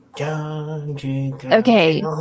Okay